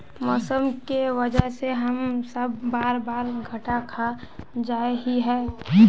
मौसम के वजह से हम सब बार बार घटा खा जाए हीये?